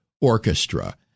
orchestra